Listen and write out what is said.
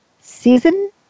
season